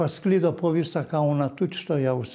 pasklido po visą kauną tučtuojaus